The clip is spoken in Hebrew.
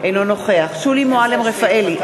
אינו נוכח שולי מועלם-רפאלי,